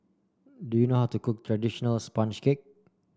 do you know how to cook traditional sponge cake